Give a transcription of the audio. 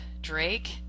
Drake